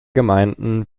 gemeinden